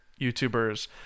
YouTubers